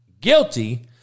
guilty